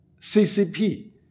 CCP